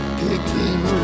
picking